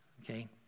okay